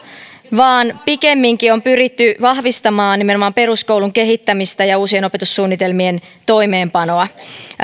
vaan pikemminkin on pyritty vahvistamaan nimenomaan peruskoulun kehittämistä ja uusien opetussuunnitelmien toimeenpanoa